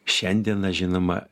šiandiena žinoma